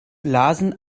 lasen